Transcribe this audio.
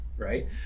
Right